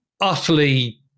utterly